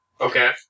Okay